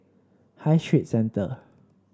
High Street Centre